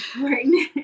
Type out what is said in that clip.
right